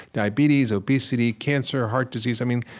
diabetes, obesity, cancer, heart disease? i mean,